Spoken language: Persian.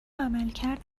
عملکرد